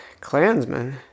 Klansmen